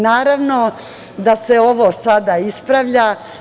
Naravno da se ovo sada ispravlja.